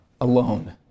alone